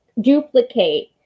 duplicate